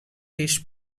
خویش